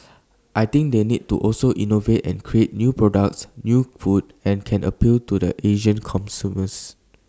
I think they need to also innovate and create new products new food and can appeal to the Asian consumers